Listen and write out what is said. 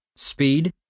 Speed